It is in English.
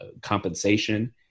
compensation